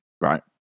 Right